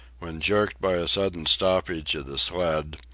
when jerked by a sudden stoppage of the sled,